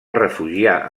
refugiar